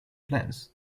plants